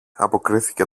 αποκρίθηκε